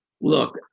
Look